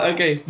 Okay